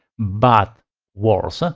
but worse, ah